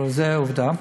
אבל זו העובדה.